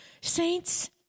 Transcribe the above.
Saints